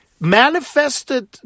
manifested